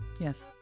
Yes